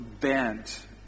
bent